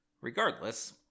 Regardless